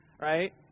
right